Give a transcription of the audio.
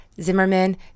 Zimmerman